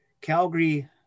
Calgary